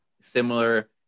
similar